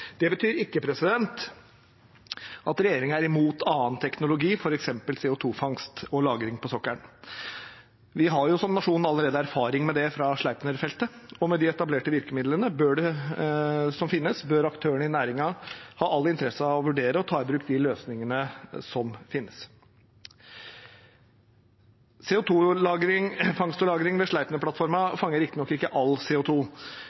Det betyr ikke at regjeringen er imot annen teknologi, som f.eks. CO 2 -fangst og -lagring på sokkelen. Vi har som nasjon allerede erfaringer med det fra Sleipner-feltet, og med de etablerte virkemidlene som finnes, bør aktørene i næringen ha all interesse av å vurdere å ta i bruk de løsningene som finnes. CO 2 -fangst og -lagring ved